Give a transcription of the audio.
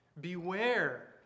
Beware